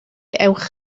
ewch